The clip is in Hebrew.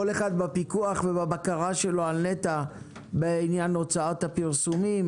כל אחד בפיקוח ובבקרה שלו על נת"ע בעניין הוצאת הפרסומים,